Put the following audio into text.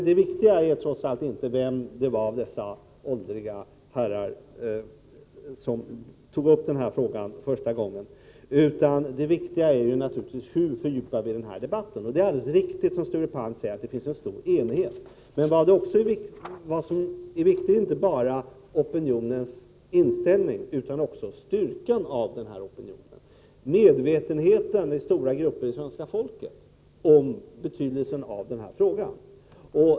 Det viktiga är inte vem av dessa åldriga herrar som tog upp den här frågan första gången, utan det viktiga är naturligtvis: Hur fördjupar vi den här debatten? Det är alldeles riktigt som Sture Palm säger att det råder en stor enighet i denna fråga, men vad som är viktigt är inte bara opinionens inställning utan också denna opinions styrka, medvetenheten hos stora grupper av svenska folket om betydelsen av den här frågan.